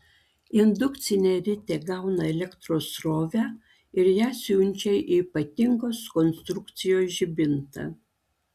indukcinė ritė gauna elektros srovę ir ją siunčia į ypatingos konstrukcijos žibintą